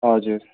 हजुर